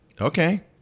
Okay